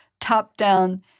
top-down